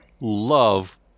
love